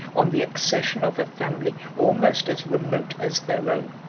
on the accession of a family almost as remote as their own,